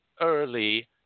early